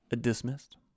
dismissed